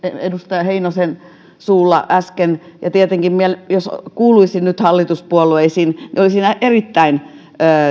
edustaja heinosen suulla äsken ja tietenkin jos kuuluisin nyt hallituspuolueisiin niin olisin erittäin